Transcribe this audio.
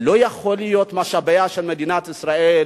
לא יכול להיות שמשאביה של מדינת ישראל